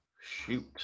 Shoot